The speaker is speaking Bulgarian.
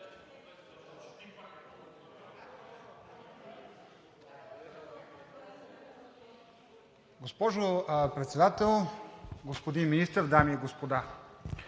Госпожо Председател, господин Министър, дами и господа!